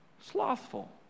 slothful